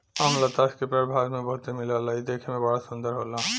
अमलतास के पेड़ भारत में बहुते मिलला इ देखे में बड़ा सुंदर होला